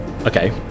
Okay